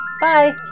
Bye